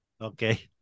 Okay